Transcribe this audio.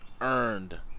earned